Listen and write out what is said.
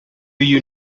you